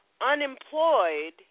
unemployed